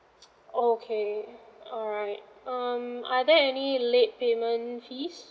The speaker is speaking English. okay all right um are there any late payment fees